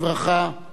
אן,